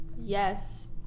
yes